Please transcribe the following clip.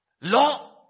law